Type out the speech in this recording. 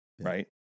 right